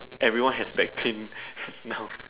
everyone has back pain now